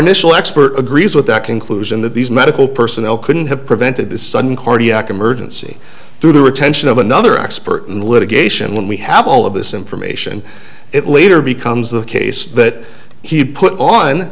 initial expert agrees with that conclusion that these medical personnel couldn't have prevented this sudden cardiac emergency through the attention of another expert in litigation when we have all of this information it later becomes the case that he put on